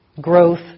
growth